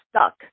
stuck